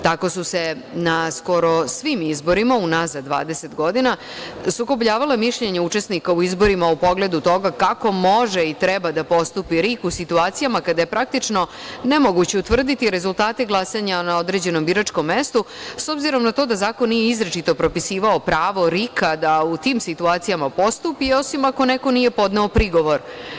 Tako su se na skoro svim izborima unazad 20 godina sukobljavala mišljenja učesnika u izborima u pogledu toga kako može i treba da postupi RIK u situacijama kada je praktično nemoguće utvrditi rezultate glasanja na određenom biračkom mestu, s obzirom na to da zakon nije izričito pripisivao pravo RIK-a da u tim situacijama postupi, osim ako neko nije podneo prigovor.